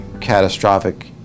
catastrophic